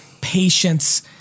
patience